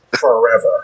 forever